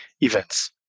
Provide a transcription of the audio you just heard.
events